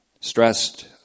stressed